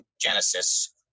Genesis